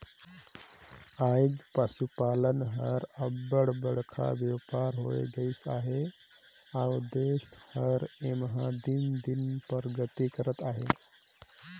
आएज पसुपालन हर अब्बड़ बड़खा बयपार होए गइस अहे अउ देस हर एम्हां दिन दिन परगति करत अहे